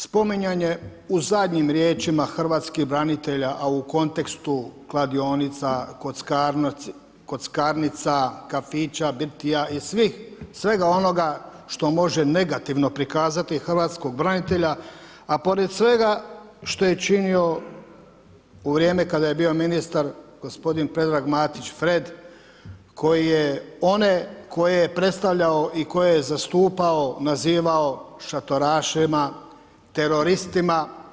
Spominjanje u zadnjim riječima hrvatskih branitelja, a u kontekstu kladionica, kockarnica, kafića, birtija i svega onoga što može negativno prikazati hrvatskog branitelja, a pored svega što je činio u vrijeme kada je bio ministar gospodin Predrag Matić Fred koji je one koje je predstavljao i koje je zastupao nazivao šatorašima, teroristima.